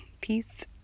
Peace